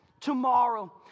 Tomorrow